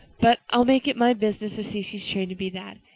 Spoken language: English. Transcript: but i'll make it my business to see she's trained to be that.